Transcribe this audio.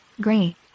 gray